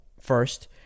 first